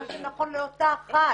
מה שנכון לאותה אחת.